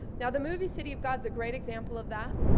now the movie city of god's a great example of that.